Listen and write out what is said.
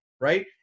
right